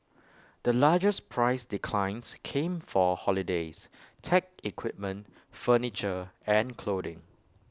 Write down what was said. the largest price declines came for holidays tech equipment furniture and clothing